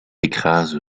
écrase